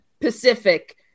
Pacific